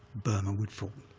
burma would fall.